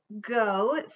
go